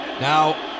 Now